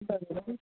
बरोबर